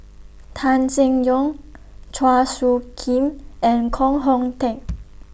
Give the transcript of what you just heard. Tan Seng Yong Chua Soo Khim and Koh Hong Teng